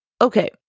Okay